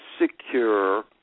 secure